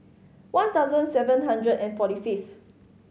one thousand seven hundred and forty fifth